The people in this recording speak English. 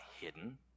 hidden